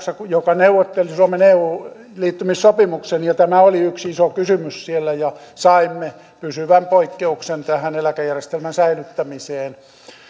hallituksessa joka neuvotteli suomen eu liittymissopimuksen ja tämä oli yksi iso kysymys siellä ja saimme pysyvän poikkeuksen tähän eläkejärjestelmän säilyttämiseen ja